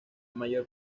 mayor